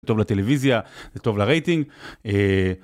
טוב לטלוויזיה, טוב לרייטינג.